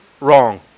wrong